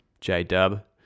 J-Dub